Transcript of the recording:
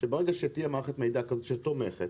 שברגע שתהיה מערכת מידע כזאת שתומכת,